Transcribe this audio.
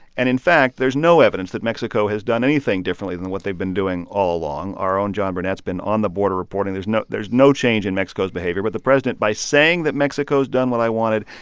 and in fact, there's no evidence that mexico has done anything differently than what they've been doing all along. our own john burnett's been on the border reporting there's no there's no change in mexico's behavior. but the president, by saying that mexico's done what i wanted,